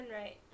right